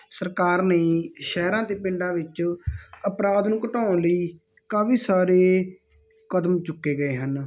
ਸਰਕਾਰ ਨੇ ਸ਼ਹਿਰਾਂ ਤੇ ਪਿੰਡਾਂ ਵਿੱਚ ਅਪਰਾਧ ਨੂੰ ਘਟਾਉਣ ਲਈ ਕਾਫੀ ਸਾਰੇ ਕਦਮ ਚੁੱਕੇ ਗਏ ਹਨ